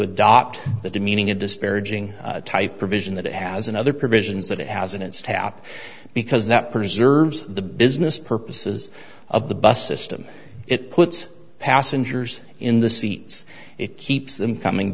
adopt the demeaning a disparaging type provision that it has and other provisions that it has and it's tap because that preserves the business purposes of the bus system it puts passengers in the seats it keeps them coming